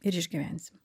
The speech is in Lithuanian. ir išgyvensim